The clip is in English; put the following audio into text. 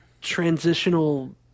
transitional